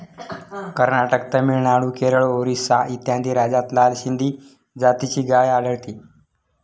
कर्नाटक, तामिळनाडू, केरळ, ओरिसा इत्यादी राज्यांत लाल सिंधी जातीची गाय आढळते